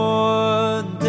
one